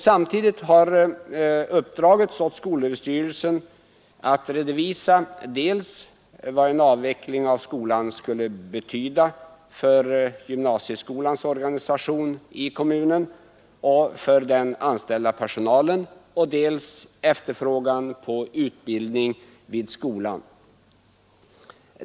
Samtidigt har uppdragits åt skolöverstyrelsen att redovisa dels vad en avveckling av skolan skulle betyda för gymnasieskolans organisation i kommunen och för den anställda personalen, dels efterfrågan på utbildning vid skolan.